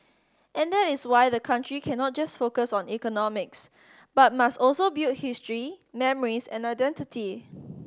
and that is why the country cannot just focus on economics but must also build history memories and identity